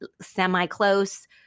semi-close